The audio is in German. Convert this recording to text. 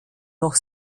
noch